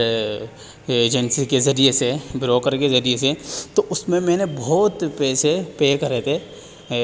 agency کے ذریعے سے بروکر کے ذریعے سے تو اس میں میں نے بہت پیسے پے کرے تھے